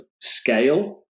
scale